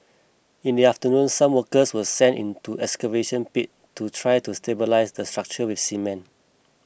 in the afternoon some workers were sent into excavation pit to try to stabilise the structure with cement